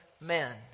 men